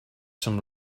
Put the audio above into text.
some